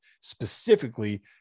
specifically